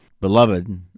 beloved—